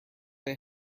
they